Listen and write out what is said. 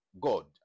God